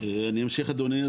אני אמשיך אדוני,